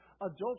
adultery